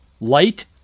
light